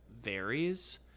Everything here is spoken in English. varies